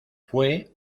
fue